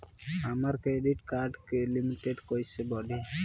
हमार credit card के limit कइसे बढ़ी?